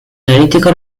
neolítico